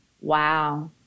wow